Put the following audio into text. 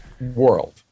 world